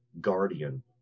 guardian